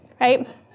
right